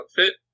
outfit